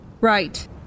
Right